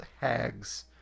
hags